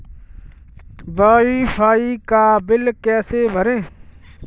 Wi fi का bill कैसे भरें?